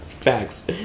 facts